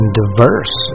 diverse